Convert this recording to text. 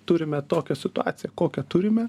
turime tokią situaciją kokią turime